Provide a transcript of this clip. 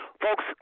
Folks